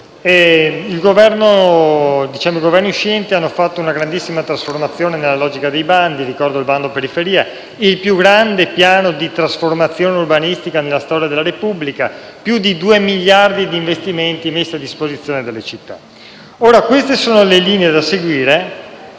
i Governi uscenti hanno operato una significativa trasformazione nella logica dei bandi. Ricordo il bando periferia, il più grande piano di trasformazione urbanistica nella storia della Repubblica, più di 2 miliardi di euro di investimenti messi a disposizione delle città. Ora, queste sono le linee da seguire